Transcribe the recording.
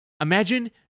Imagine